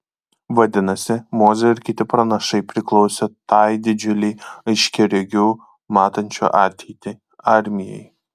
vadinasi mozė ir kiti pranašai priklausė tai didžiulei aiškiaregių matančių ateitį armijai